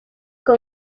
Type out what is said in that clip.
con